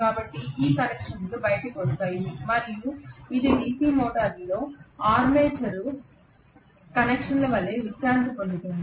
కాబట్టి ఈ కనెక్షన్లు బయటకు వస్తాయి మరియు ఇది DC మోటారులో ఆర్మేచర్ కనెక్షన్ల వలె విశ్రాంతి పొందుతుంది